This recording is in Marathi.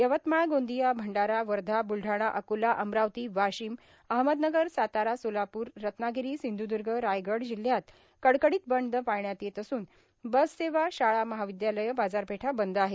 यवतमाळ गोंदिया भंडारा वर्धा ब्रलढाणा अकोला अमरावती वाशिम अहमदनगर सातारा सोलापूर रत्नागिरी सिंधुदुर्ग रायगड जिल्ह्यात कडकडीत बंद पाळण्यात येत असून बससेवा शाळा महाविद्यालयं बाजारपेठा बंद आहेत